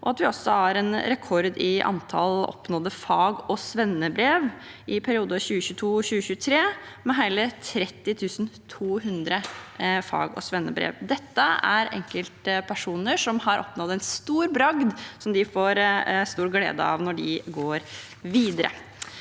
har en rekord i antall oppnådde fag- og svennebrev i perioden 2022/2023, med hele 30 200 fag- og svennebrev. Dette er enkeltpersoner som har oppnådd en stor bragd de får stor glede av når de går videre.